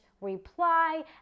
reply